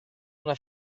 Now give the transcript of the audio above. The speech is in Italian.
una